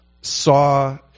saw